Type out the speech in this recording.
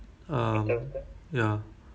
so tuition